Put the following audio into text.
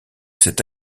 cet